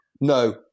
No